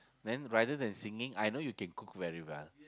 then rather than singing I know you can cook very well